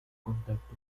contacto